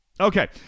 Okay